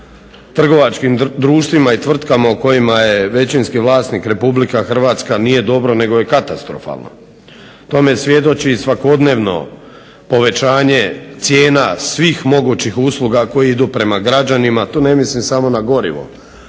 trgovačkim društvima i tvrtkama u kojima je većinski vlasnik Republika Hrvatska nije dobro nego je katastrofalno. Tome svjedoči i svakodnevno povećanje cijena svih mogućih usluga koji idu prema građanima. Tu ne mislim samo na gorivo,